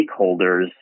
stakeholders